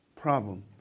problem